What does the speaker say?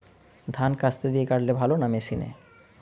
ধান কাস্তে দিয়ে কাটলে ভালো না মেশিনে?